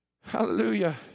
Hallelujah